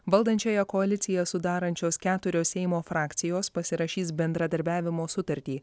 valdančiąją koaliciją sudarančios keturios seimo frakcijos pasirašys bendradarbiavimo sutartį